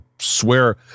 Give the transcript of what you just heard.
swear